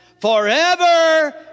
forever